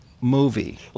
movie